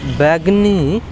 बैगनी